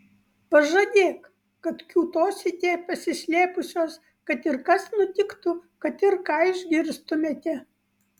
pažadėk kad kiūtosite pasislėpusios kad ir kas nutiktų kad ir ką išgirstumėte